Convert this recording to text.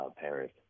paris